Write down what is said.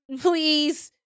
Please